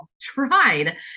tried